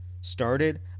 started